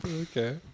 Okay